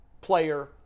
player